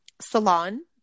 salon